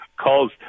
calls